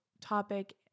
topic